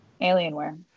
Alienware